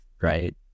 right